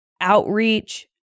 Outreach